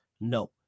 No